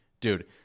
Dude